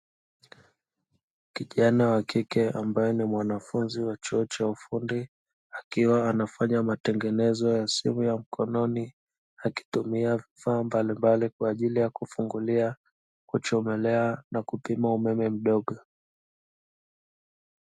Kijana wa kike, ambaye ni mwanafunzi wa chuo cha ufundi, akiwa anafanya matengenezo ya simu ya mkononi, akitumia vifaa mbalimbali kwa ajili ya kufungulia, kuchomelea na kupima umeme mdogo.